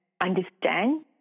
understand